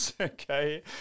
Okay